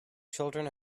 children